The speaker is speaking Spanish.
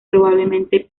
probablemente